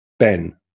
Ben